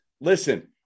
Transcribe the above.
listen